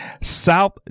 South